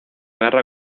guerra